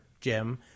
Jim